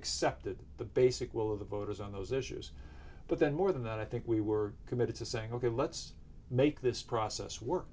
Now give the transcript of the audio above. accepted the basic will of the voters on those issues but then more than that i think we were committed to saying ok let's make this process work